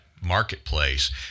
marketplace